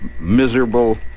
miserable